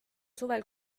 suvel